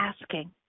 asking